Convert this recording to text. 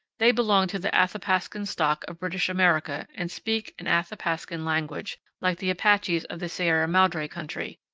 they belong to the athapascan stock of british america and speak an athapascan language, like the apaches of the sierra madre country.